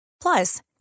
Plus